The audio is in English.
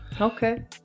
Okay